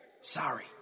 Sorry